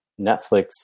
Netflix